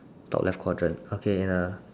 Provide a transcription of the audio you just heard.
top left quadrant okay in the